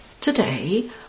Today